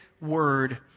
word